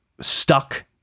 stuck